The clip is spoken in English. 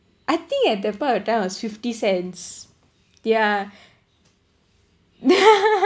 I think at that part of time was fifty cents yeah